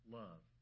love